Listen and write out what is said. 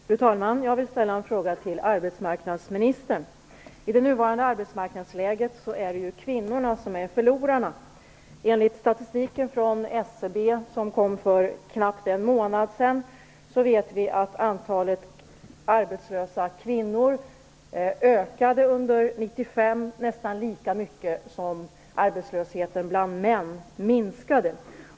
Fru talman! Jag vill ställa en fråga till arbetsmarknadsministern. I nuvarande arbetsmarknadsläge är det kvinnorna som är förlorarna. Enligt den statistik från SCB som kom för knappt en månad sedan ökade antalet arbetslösa kvinnor under 1995 nästan lika mycket som antalet arbetslösa män minskade.